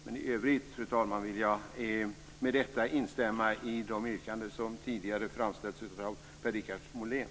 Men i övrigt vill jag med detta instämma i de yrkanden som tidigare har framställts av Per-Richard Molén.